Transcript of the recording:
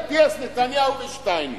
אטיאס, נתניהו ושטייניץ.